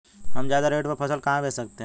हम ज्यादा रेट में फसल कहाँ बेच सकते हैं?